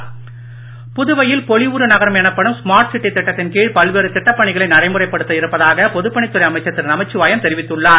பொலிவுறு நகரம் புதுவையில் பொலிவுறு நகரம் எனப்படும் ஸ்மார்ட் சிட்டி திட்டத்தின் கீழ் பல்வேறு திட்டப் பணிகளை நடைமுறைப்படுத்தி இருப்பதாக பொதுப் பணித்துறை அமைச்சர் திரு நமச்சிவாயம் தெரிவித்துள்ளார்